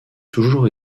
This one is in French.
toujours